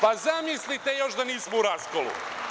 Pa, zamislite još da nismo u raskolu.